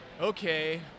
Okay